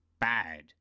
bad